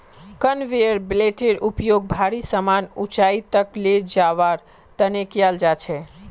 conveyor बेल्टेर उपयोग भारी समान ऊंचाई तक ले जवार तने कियाल जा छे